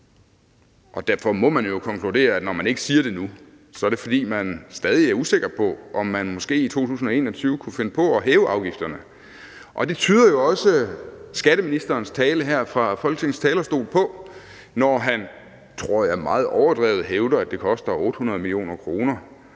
Derfor må vi jo konkludere, at når man ikke siger det nu, er det, fordi man stadig er usikker på, om man måske i 2021 kunne finde på at hæve afgifterne. Det tyder skatteministerens tale her fra Folketingets talerstol jo også på, når han, tror jeg, meget overdrevet hævder, at det koster 800 mio. kr.